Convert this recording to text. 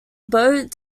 boat